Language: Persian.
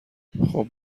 خوب